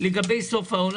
תודה.